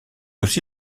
aussi